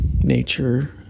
Nature